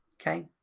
Okay